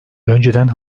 önceden